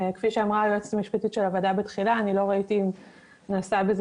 כפי שאמרה היועצת המשפטית של הוועדה בתחילה לא ראיתי אם נעשה בזה